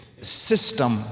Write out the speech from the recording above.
system